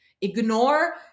ignore